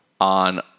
on